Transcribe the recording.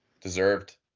Deserved